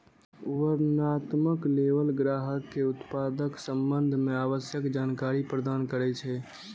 वर्णनात्मक लेबल ग्राहक कें उत्पादक संबंध मे आवश्यक जानकारी प्रदान करै छै